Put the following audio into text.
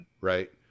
right